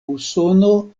usono